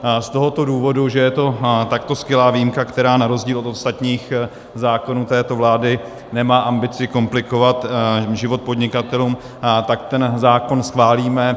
Z tohoto důvodu, že je to takto skvělá výjimka, která na rozdíl od ostatních zákonů této vlády nemá ambici komplikovat život podnikatelům, tak ten zákon schválíme.